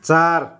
चार